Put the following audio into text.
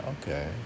Okay